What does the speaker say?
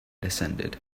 descended